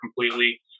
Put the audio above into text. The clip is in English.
completely